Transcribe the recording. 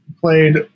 played